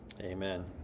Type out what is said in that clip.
Amen